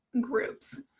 groups